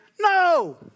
No